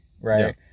right